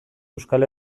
euskal